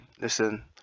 listen